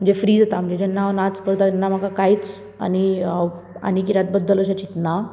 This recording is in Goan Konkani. जें फ्री जाता म्हणजे जेन्ना हांव नाच करता तेन्ना म्हाका कांयच आनी आनी कित्याच बद्दल अशेें चितना